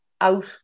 Out